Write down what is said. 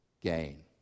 gain